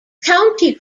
county